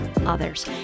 others